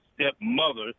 stepmother